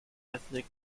ethnic